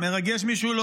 מרגש מישהו?